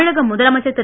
தமிழக முதலமைச்சர் திரு